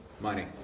money